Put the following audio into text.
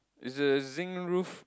is a zinc roof